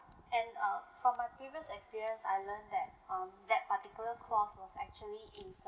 and uh from my previous experience I learned that um that particular clause was actually inserted